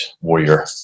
Warrior